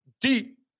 deep